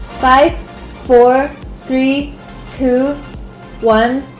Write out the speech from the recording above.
five four three two one